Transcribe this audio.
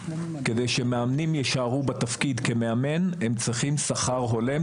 כדי שמאמנים יישארו בתפקיד כמאמן הם צריכים שכר הולם.